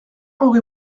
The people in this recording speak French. aurez